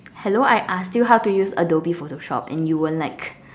hello I asked you how to use Adobe Photoshop and you were like